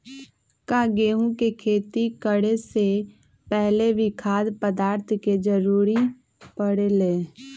का गेहूं के खेती करे से पहले भी खाद्य पदार्थ के जरूरी परे ले?